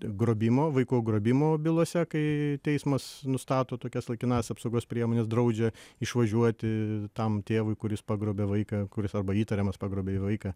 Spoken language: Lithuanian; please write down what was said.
grobimo vaiko grobimo bylose kai teismas nustato tokias laikinąsias apsaugos priemones draudžia išvažiuoti tam tėvui kuris pagrobė vaiką kuris arba įtariamas pagrobė vaiką